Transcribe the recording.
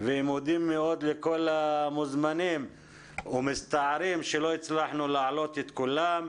ואנחנו מודים לכל המוזמנים ואנחנו מצטערים שלא הצלחנו לעלות את כולם.